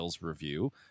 review